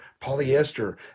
polyester